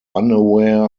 unaware